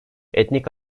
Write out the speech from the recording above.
etnik